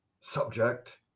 subject